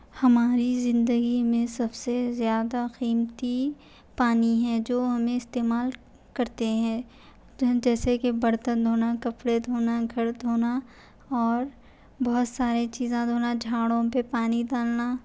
ہماری زندگی میں سب سے زیادہ قیمتی پانی ہے جو ہمیں استعمال کرتے ہیں جیسے کہ برتن دھونا کپڑے دھونا گھر دھونا اور بہت سارے چیزیں دھونا جھاڑوں پہ پانی ڈالنا